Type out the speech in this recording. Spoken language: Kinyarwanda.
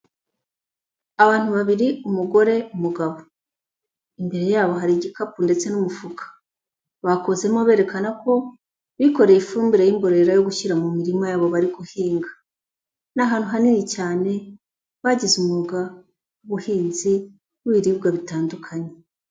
Abantu babiri, umugore, umugabo, imbere yabo hari igikapu ndetse n'umufuka, bakozemo berekana ko bikoreye ifumbi y'imborera yo gushyira mu mirima yabo bari guhinga. Ni ahantu hanini cyane bagize umwuga w'ubuhinzi w'ibiribwa bitandukanye.